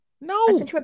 No